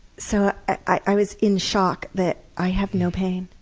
so i was in shock that, i have no pain.